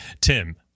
Tim